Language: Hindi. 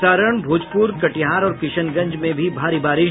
सारण भोजपुर कटिहार और किशनगंज में भी भारी बारिश